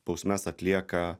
bausmes atlieka